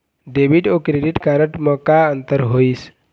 Debit अऊ credit card म का अंतर होइस?